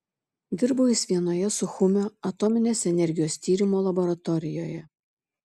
dirbo jis vienoje suchumio atominės energijos tyrimo laboratorijoje